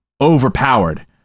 overpowered